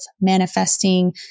manifesting